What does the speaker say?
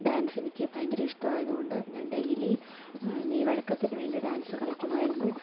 ഡാൻസെനിക്ക് ഭയങ്കര ഇഷ്ടമായതുകൊണ്ട് ഞാൻ ഡെയിലി മെയ് വഴക്കത്തിനുവേണ്ടി ഡാൻസ് കളിക്കുമായിരുന്നു